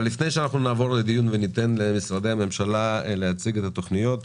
לפני שנעבור לדיון וניתן למשרדי הממשלה להציג את התוכניות,